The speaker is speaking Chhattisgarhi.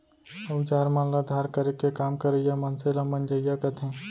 अउजार मन ल धार करे के काम करइया मनसे ल मंजइया कथें